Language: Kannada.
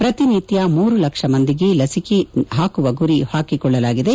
ಪ್ರತಿನಿತ್ಯ ಮೂರು ಲಕ್ಷ ಜನರಿಗೆ ಲಸಿಕೆ ಹಾಕುವ ಗುರಿ ಹಾಕಿಕೊಳ್ಳಲಾಗಿದೆ